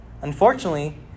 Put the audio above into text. Unfortunately